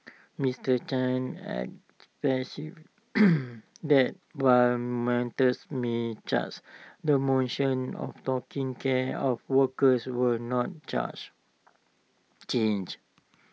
Mister chan that while menter may charge the mission of taking care of workers will not charge change